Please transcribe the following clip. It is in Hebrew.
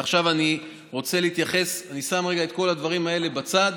עכשיו אני שם רגע את כל הדברים האלה בצד,